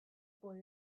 boy